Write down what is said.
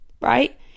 right